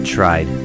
Tried